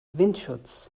windschutz